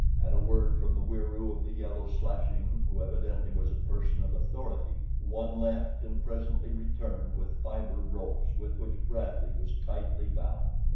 at a word from the wieroo of the yellow slashing who evidently was a person of authority, one left and presently returned with fiber ropes with which bradley was tightly bound.